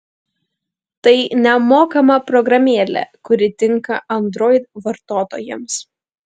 tai nemokama programėlė kuri tinka android vartotojams